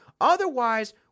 Otherwise